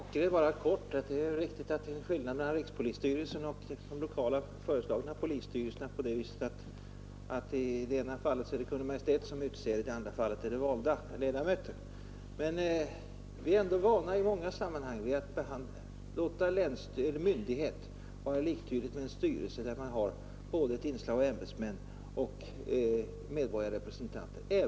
Herr talman! Till herr Dockered vill jag bara säga helt kort, att det är riktigt att det föreligger en skillnad mellan rikspolisstyrelsen och de föreslagna lokala polisstyrelserna på det sättet att det i ena fallet är Kungl. Maj:t som utser vederbörande, medan ledamöterna i andra fallet väljes. Men vi är ju i många sammanhang vana vid att låta myndighet vara liktydigt med en styrelse med inslag av både ämbetsmän och valda medborgarrepresentanter.